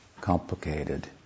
complicated